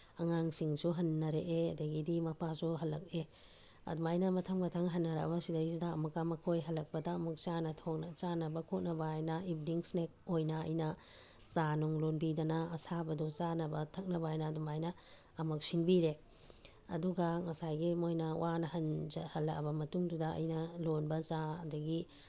ꯑꯉꯥꯡꯁꯤꯡꯁꯨ ꯍꯟꯅꯔꯛꯑꯦ ꯑꯗꯨꯗꯒꯤꯗꯤ ꯃꯄꯥꯁꯨ ꯍꯜꯂꯛꯑꯦ ꯑꯗꯨꯃꯥꯏꯅ ꯃꯊꯪ ꯃꯊꯪ ꯍꯟꯅꯔꯛꯑꯕꯁꯤꯗꯩꯗ ꯑꯃꯨꯛꯀ ꯃꯈꯣꯏ ꯍꯜꯂꯛꯄꯗ ꯑꯃꯨꯛ ꯆꯥꯅꯕ ꯈꯣꯠꯅꯕ ꯍꯥꯏꯅ ꯏꯕꯤꯅꯤꯡ ꯏꯁꯅꯦꯛ ꯑꯣꯏꯅ ꯑꯩꯅ ꯆꯥ ꯅꯨꯡ ꯂꯣꯟꯕꯤꯗꯅ ꯑꯁꯥꯕꯗꯨ ꯆꯥꯅꯕ ꯊꯛꯅꯕ ꯍꯥꯏꯅ ꯑꯗꯨꯃꯥꯏꯅ ꯑꯃꯛ ꯁꯤꯟꯕꯤꯔꯦ ꯑꯗꯨꯒ ꯉꯁꯥꯏꯒꯤ ꯃꯣꯏꯅ ꯋꯥꯅ ꯍꯜꯂꯛꯑꯕ ꯃꯇꯨꯡꯗꯨꯗ ꯑꯩꯅ ꯂꯣꯟꯕ ꯆꯥ ꯑꯗꯨꯗꯒꯤ